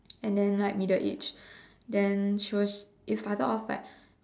and then like middle age